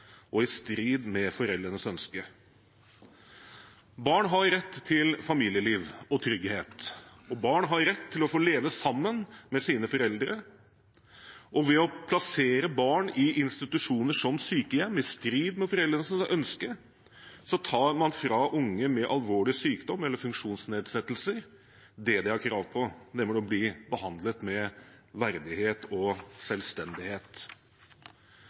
og i strid med foreldrenes ønske. Barn har rett til familieliv og trygghet. Barn har rett til å få leve sammen med sine foreldre. Ved å plassere barn i institusjoner som sykehjem, i strid med foreldrenes ønske, tar man fra unge med alvorlig sykdom eller funksjonsnedsettelser det de har krav på, nemlig å bli behandlet med verdighet og selvstendighet.